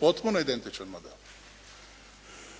potpuno identičan model.